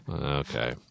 Okay